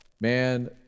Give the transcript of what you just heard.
man